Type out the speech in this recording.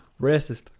Racist